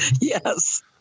Yes